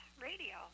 Radio